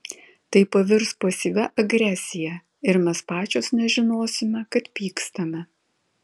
tai pavirs pasyvia agresija ir mes pačios nežinosime kad pykstame